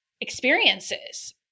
experiences